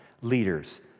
leaders